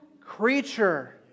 creature